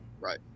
Right